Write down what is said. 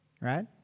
right